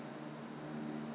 but !hey! 你的 cotton bud